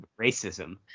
Racism